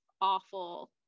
awful